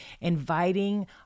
inviting